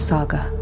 Saga